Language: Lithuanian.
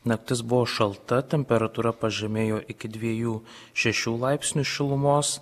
naktis buvo šalta temperatūra pažemėjo iki dviejų šešių laipsnių šilumos